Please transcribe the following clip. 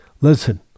listen